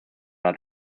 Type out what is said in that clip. out